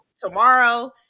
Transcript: tomorrow